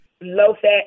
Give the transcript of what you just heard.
Low-fat